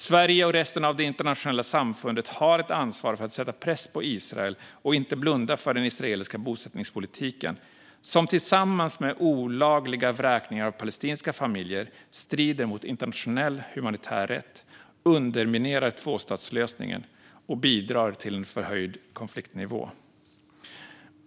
Sverige och resten av det internationella samfundet har ett ansvar för att sätta press på Israel och inte blunda för den israeliska bosättningspolitiken som tillsammans med olagliga vräkningar av palestinska familjer strider mot internationell humanitär rätt, underminerar tvåstatslösningen och bidrar till en förhöjd konfliktnivå.